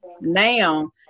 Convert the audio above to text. now